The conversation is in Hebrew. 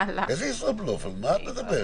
איזה ישראבלוף, על מה את מדברת?